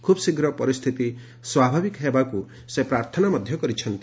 ଖୁବ୍ ଶୀଘ୍ର ପରିସ୍ତିତି ସ୍ୱାଭାବିକ ହେବାକୁ ସେ ପ୍ରାର୍ଥନା କରିଛନ୍ତି